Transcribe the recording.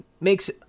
makes